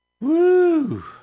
Woo